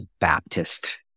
Baptist